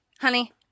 honey